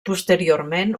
posteriorment